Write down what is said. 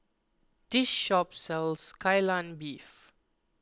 this shop sells Kai Lan Beef